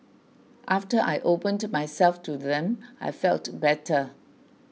after I opened myself to them I felt better